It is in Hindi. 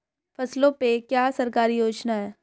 फसलों पे क्या सरकारी योजना है?